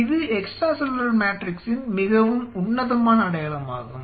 இது extracellular மேட்ரிக்ஸின் மிகவும் உன்னதமான அடையாளமாகும்